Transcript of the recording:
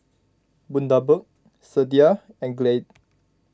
Bundaberg Sadia and Glade